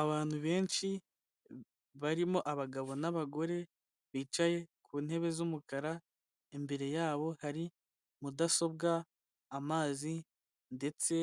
Abantu benshi barimo abagabo n'abagore bicaye ku ntebe z'umukara, imbere yabo hari mudasobwa, amazi ndetse